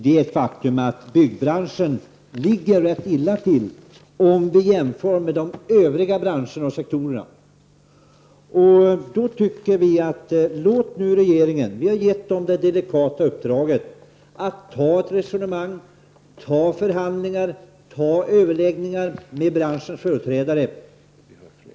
Det är ett faktum att byggbranschen ligger rätt illa till om vi jämför med övriga branscher och sektorer. Vi har gett regeringen det delikata uppdraget att ta ett resonemang, driva förhandlingar och överlägga med branschens företrädare.